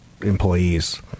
employees